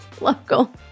local